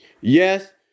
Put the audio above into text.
Yes